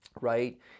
right